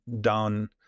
down